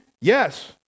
yes